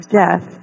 death